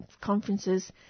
conferences